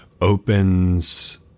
opens